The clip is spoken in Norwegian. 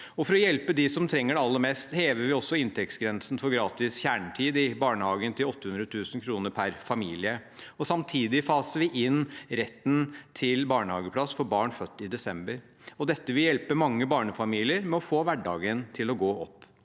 For å hjelpe dem som trenger det aller mest, hever vi også inntektsgrensen for gratis kjernetid i barnehagen, til 800 000 kr per familie. Samtidig faser vi inn rett til barnehageplass for barn født i desember. Dette vil hjelpe mange barnefamilier med å få hverdagen til å gå opp.